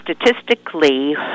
statistically